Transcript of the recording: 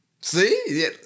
See